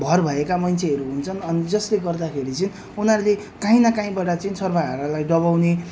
भर भएका मान्छेहरू हुन्छन् अनि जसले गर्दाखेरि चाहिँ उनीहरूले काहीँ न काहीँबाट चाहिँ सर्वहारालाई दबाउने